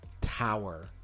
tower